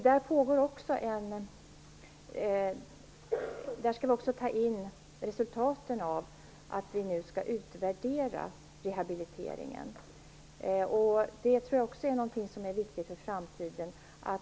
Där skall vi också ta in resultaten av den utvärdering som skall göras av rehabiliteringen. Jag tror att också det är viktigt för framtiden.